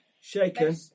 Shaken